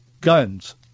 guns